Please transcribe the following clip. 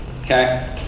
Okay